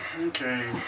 okay